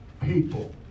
people